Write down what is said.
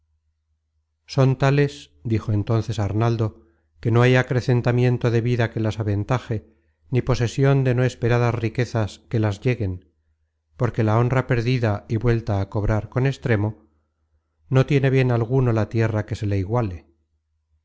son tales dijo entonces arnaldo que no hay acrecentamiento de vida que las aventaje ni posesion de no esperadas riquezas que las lleguen porque la honra perdida y vuelta á cobrar con extremo no tiene bien alguno la tierra que se le iguale